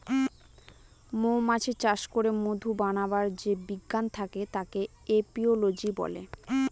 মৌমাছি চাষ করে মধু বানাবার যে বিজ্ঞান থাকে তাকে এপিওলোজি বলে